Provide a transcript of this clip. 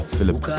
Philip